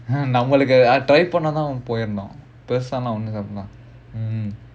நம்மளுக்கு அது:nammalukku adhu try பண்ணனும்னு தோணும்:pannanumnu thonum mm